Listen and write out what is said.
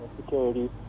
Security